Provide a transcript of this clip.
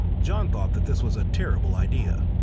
john thought that this was a terrible idea.